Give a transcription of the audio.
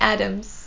Adams